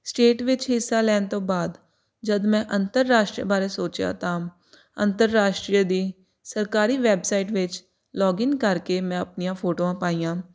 state ਵਿੱਚ ਹਿੱਸਾ ਲੈਣ ਤੋਂ ਬਾਅਦ ਜਦੋਂ ਮੈਂ ਅੰਤਰਰਾਸ਼ਟਰੀ ਬਾਰੇ ਸੋਚਿਆ ਤਾਂ ਅੰਤਰਰਾਸ਼ਟਰੀ ਦੀ ਸਰਕਾਰੀ ਵੈਬਸਾਈਟ ਵਿੱਚ ਲੋਗਿਨ ਕਰਕੇ ਮੈਂ ਆਪਣੀਆਂ ਫੋਟੋਆਂ ਪਾਈਆਂ